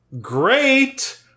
Great